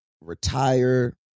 retire